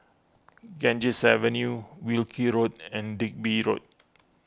Ganges Avenue Wilkie Road and Digby Road